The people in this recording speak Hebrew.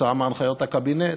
כתוצאה מהנחיות הקבינט,